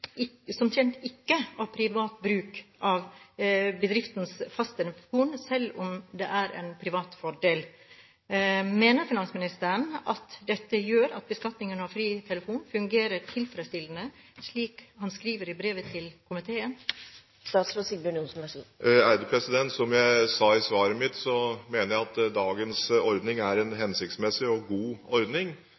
ikke av privat bruk av bedriftens fasttelefon, selv om det er en privat fordel. Mener finansministeren at dette gjør at «beskatning av fri telefon fungerer tilfredsstillende», slik han skriver i brevet til komiteen? Som jeg sa i svaret mitt, mener jeg at dagens ordning er en hensiktsmessig og god ordning.